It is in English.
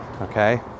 okay